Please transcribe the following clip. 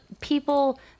people